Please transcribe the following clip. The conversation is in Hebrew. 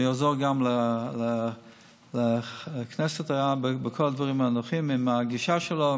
הוא גם יעזור לכנסת בכל הדברים הנוכחיים עם הגישה שלו,